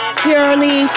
purely